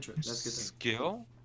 skill